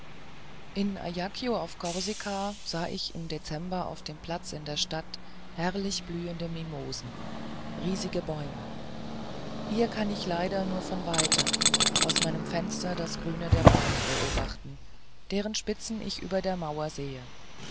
in ajaccio auf korsika sah ich im dezember auf dem platz in der stadt herrlich blühende mimosen riesige bäume hier kann ich leider nur von weitem aus meinem fenster das grünen der bäume beobachten deren spitzen ich über der mauer sehe